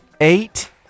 eight